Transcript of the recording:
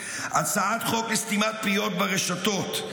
הצעת חוק לסתימת פיות ברשתות,